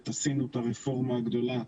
עת עשינו את הרפורמה הגדולה,